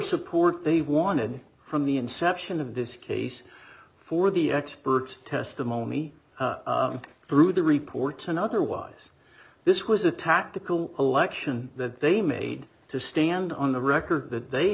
support they wanted from the inception of this case for the expert testimony through the reports and otherwise this was a tactical election that they made to stand on the record that they